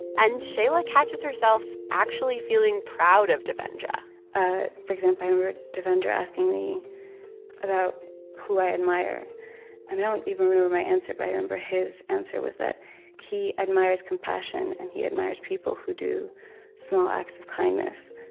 and shaila catches herself actually feeling proud of devendra ah for example, i remember devendra asking me about who i admire, and i don't even remember my answer. but i remember his answer was that he admires compassion, and he admires people who do small acts of kindness.